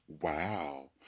Wow